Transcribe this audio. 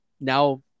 now